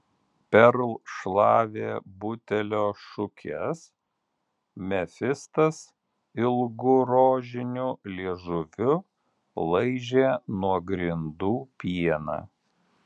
perl šlavė butelio šukes mefistas ilgu rožiniu liežuviu laižė nuo grindų pieną